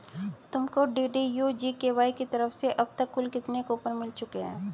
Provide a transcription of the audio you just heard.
तुमको DDU GKY की तरफ से अब तक कुल कितने कूपन मिल चुके हैं?